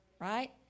right